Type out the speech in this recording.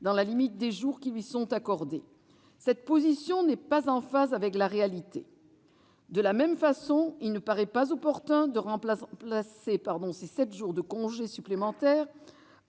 dans la limite des jours qui lui sont accordés. Cette position n'est pas en phase avec la réalité. De la même façon, il ne paraît pas opportun de remplacer ces sept jours de congé supplémentaires